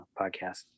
podcast